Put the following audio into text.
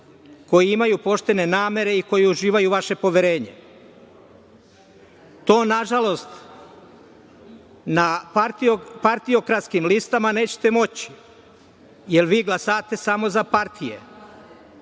koji imaju poštene namere i koji uživaju vaše poverenje. To, nažalost, na partiokratskim listama nećete moći, jer vi glasate samo za partije,